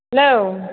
hello